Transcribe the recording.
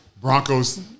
Broncos